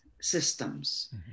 systems